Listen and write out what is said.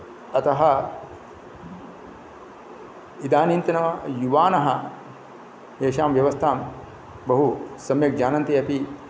अतः इदानींतन युवानः तेषां व्यवस्थां बहु सम्यक् जानन्ति अपि